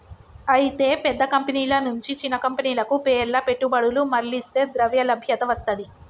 అయితే పెద్ద కంపెనీల నుంచి చిన్న కంపెనీలకు పేర్ల పెట్టుబడులు మర్లిస్తే ద్రవ్యలభ్యత వస్తది